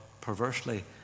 perversely